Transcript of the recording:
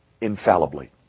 infallibly